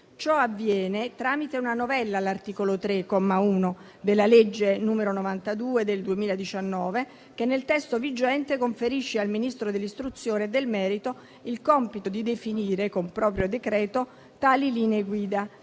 ciò avviene tramite una novella all'articolo 3, comma 1 della legge n. 92 del 2019 che, nel testo vigente, conferisce al Ministro dell'istruzione e del merito il compito di definire con proprio decreto tali linee guida,